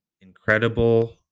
incredible